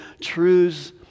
truths